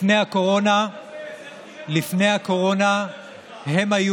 לפני הקורונה, לך תראה